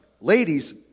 Ladies